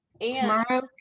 Tomorrow